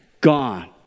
gone